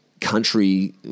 Country